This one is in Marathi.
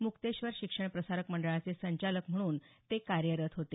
मुक्तेश्वर शिक्षण प्रसारक मंडळाचे संचालक म्हणून ते कार्यरत होते